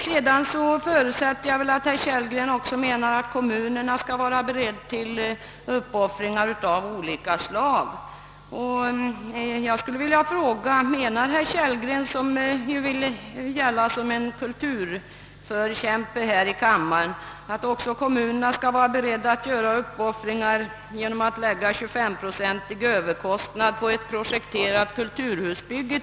Jag förutsätter att herr Kellgren har den uppfattningen, att också kommunerna skall vara beredda till uppoffringar av olika slag, och jag skulle vilja fråga: Anser herr Kellgren — som vill gälla som en kulturförkämpe här i kammaren — att kommunerna skall vara beredda att göra uppoffringar genom att lägga en 25-procentig överkostnad på t.ex. ett projekterat kulturhusbygge?